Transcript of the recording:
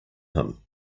him